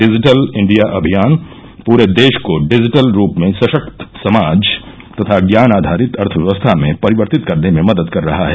digital India अभियान पूरे देश को डिजिटल रूप में सशक्त समाज तथा ज्ञान आधारित अर्थव्यवस्था में परिवर्तित करने में मदद कर रहा है